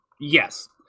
Yes